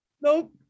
nope